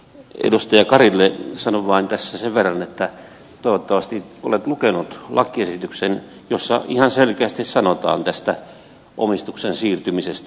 edustaja karille sanon vain tässä sen verran että toivottavasti olet lukenut lakiesityksen jossa ihan selkeästi sanotaan tästä omistuksen siirtymisestä